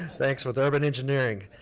thanks, with ervin engineering.